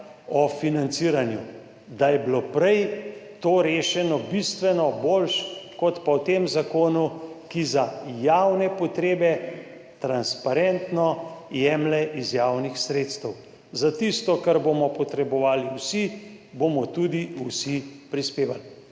o financiranju, da je bilo prej to rešeno bistveno boljše kot pa v tem zakonu, ki za javne potrebe transparentno jemlje iz javnih sredstev. Za tisto kar bomo potrebovali vsi bomo tudi vsi prispevali.